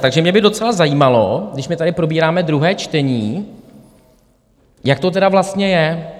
Takže mě by docela zajímalo, když my tady probíráme druhé čtení, jak to tedy vlastně je.